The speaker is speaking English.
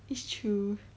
it's true